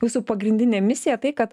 jūsų pagrindinė misija tai kad